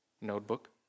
notebook